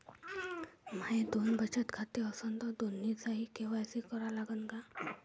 माये दोन बचत खाते असन तर दोन्हीचा के.वाय.सी करा लागन का?